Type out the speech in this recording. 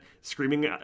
screaming